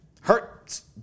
Hurts